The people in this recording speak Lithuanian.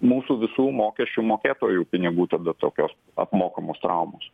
mūsų visų mokesčių mokėtojų pinigų tada tokios apmokamos traumos